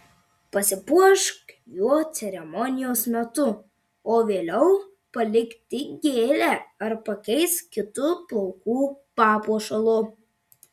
pasipuošk juo ceremonijos metu o vėliau palik tik gėlę ar pakeisk kitu plaukų papuošalu